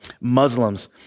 Muslims